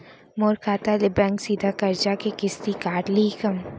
मोर खाता ले बैंक सीधा करजा के किस्ती काट लिही का?